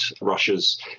Russia's